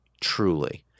Truly